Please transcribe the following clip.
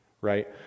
Right